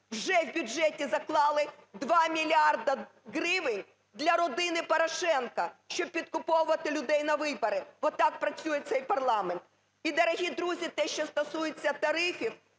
Вже в бюджеті заклали 2 мільярди гривень для родини Порошенка, щоб підкуповувати людей на вибори, бо так працює цей парламент. І, дорогі друзі, те, що стосується тарифів,